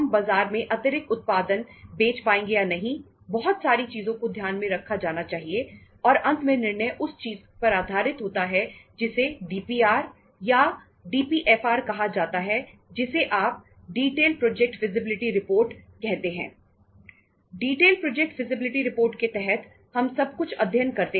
detailed project feasibility report के तहत हम सब कुछ अध्ययन करते हैं